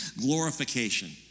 glorification